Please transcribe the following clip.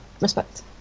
respect